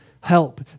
help